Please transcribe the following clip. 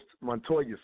Montoya